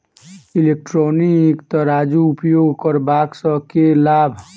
Electronic तराजू उपयोग करबा सऽ केँ लाभ?